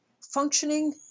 functioning